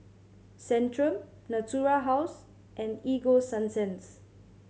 Centrum Natura House and Ego Sunsense